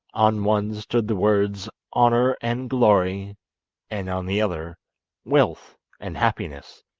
on one stood the words honour and glory and on the other wealth and happiness